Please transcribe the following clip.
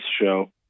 show